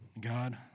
God